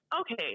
okay